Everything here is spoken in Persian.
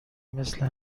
مثل